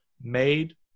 made